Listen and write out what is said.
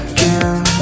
Again